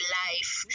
life